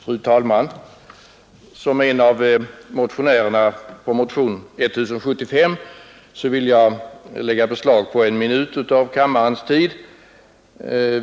Fru talman! Som en av motionärerna bakom motion 1075 vill jag ta några minuter av kammarens tid i anspråk.